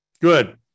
Good